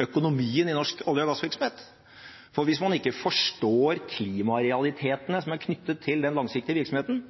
økonomien i norsk olje- og gassvirksomhet. For hvis man ikke forstår klimarealitetene knyttet til den langsiktige virksomheten,